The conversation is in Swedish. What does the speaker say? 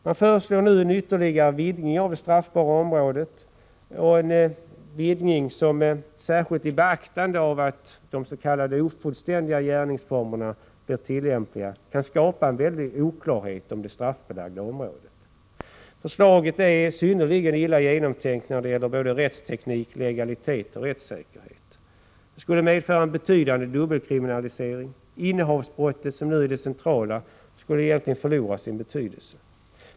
Man föreslår nu en ytterligare vidgning av det straffbara området. En sådan vidgning skulle, särskilt i beaktande av att de s.k. ofullständiga gärningsformerna blir tillämpliga, kunna skapa stor oklarhet om det straffbelagda området. Förslaget är synnerligen illa genomtänkt när det gäller såväl rättsteknik som legalitet och rättssäkerhet. Det skulle medföra en betydande dubbelkriminalisering. Innehavsbrottet, som nu är det centrala, skulle egentligen förlora sin betydelse.